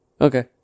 Okay